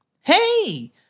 Hey